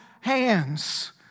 hands